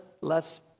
less